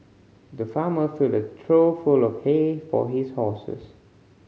the farmer filled a trough full of hay for his horses